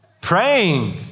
Praying